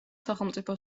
სახელმწიფო